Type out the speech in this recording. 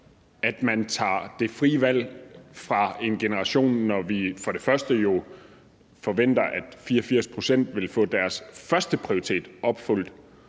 at man tager det frie valg fra en generation, når vi forventer, at 84 pct. vil få deres førsteprioritet opfyldt,